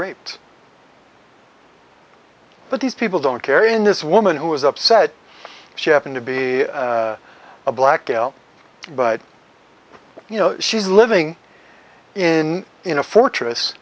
raped but these people don't care in this woman who was upset she happened to be a black male but you know she's living in in a fortress